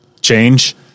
change